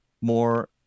more